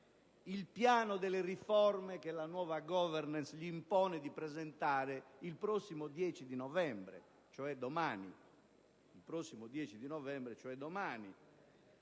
il piano delle riforme che la nuova *governance* gli impone di presentare il prossimo 10 novembre, cioè